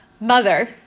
Mother